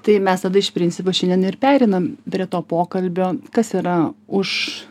tai mes tada iš principo šiandien ir pereinam prie to pokalbio kas yra už